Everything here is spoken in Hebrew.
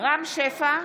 רם שפע,